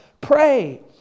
pray